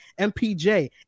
MPJ